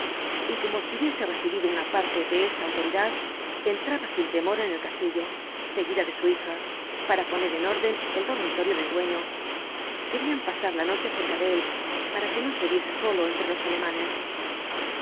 y como si hubiese recibido una parte de esta autoridad entraba sin temor en el castillo seguida de su hija para poner en orden el dormitorio del dueño querían pasar la noche cerca de él para que no se viese solo entre los alemanes